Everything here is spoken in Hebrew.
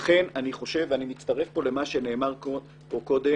לכן אני מצטרף למה שנאמר פה קודם.